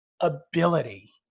ability